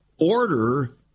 order